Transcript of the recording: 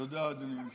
תודה, אדוני היושב-ראש.